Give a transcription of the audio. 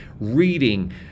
reading